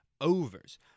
overs